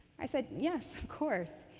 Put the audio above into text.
i said, yes, of course.